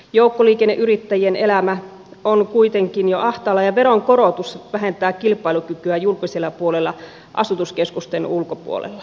joukkoliikenneyrittäjien elämä on kuitenkin jo ahtaalla ja veronkorotus vähentää kilpailukykyä julkisella puolella asutuskeskusten ulkopuolella